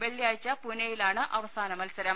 വെള്ളിയാഴ്ച പൂനെയിലാണ് അവസാന മത്സരം